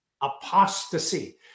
apostasy